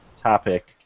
topic